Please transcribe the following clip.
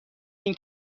این